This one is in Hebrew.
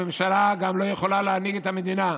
הממשלה גם לא יכולה להנהיג את המדינה.